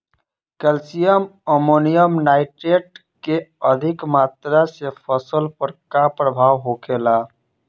Calcium ammonium nitrate के अधिक मात्रा से फसल पर का प्रभाव होखेला?